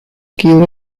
kill